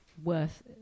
worth